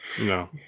No